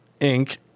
Inc